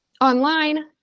online